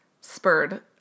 spurred